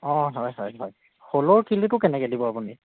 অঁ হয় হয় হয় শ'লৰ কিলোটো কেনেকৈ দিব আপুনি